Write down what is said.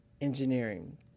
engineering